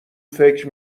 فکر